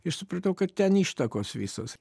ir supratau kad ten ištakos visos